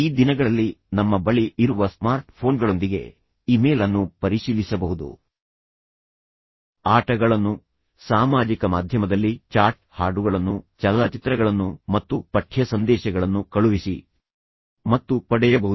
ಈ ದಿನಗಳಲ್ಲಿ ನಮ್ಮ ಬಳಿ ಇರುವ ಸ್ಮಾರ್ಟ್ ಫೋನ್ಗಳೊಂದಿಗೆ ಇಮೇಲ್ ಅನ್ನು ಪರಿಶೀಲಿಸಬಹುದು ಆಟಗಳನ್ನು ಸಾಮಾಜಿಕ ಮಾಧ್ಯಮದಲ್ಲಿ ಚಾಟ್ ಹಾಡುಗಳನ್ನು ಚಲನಚಿತ್ರಗಳನ್ನು ಮತ್ತು ಪಠ್ಯ ಸಂದೇಶಗಳನ್ನು ಕಳುಹಿಸಿ ಮತ್ತು ಪಡೆಯಬಹುದು